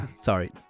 Sorry